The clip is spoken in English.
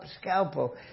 scalpel